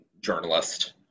journalist